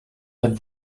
but